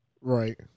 right